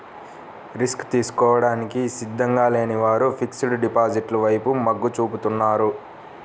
risk తీసుకోవడానికి సిద్ధంగా లేని వారు ఫిక్స్డ్ డిపాజిట్ల వైపు మొగ్గు చూపుతున్నారు